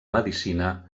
medicina